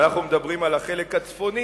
ואנחנו מדברים על החלק הצפוני,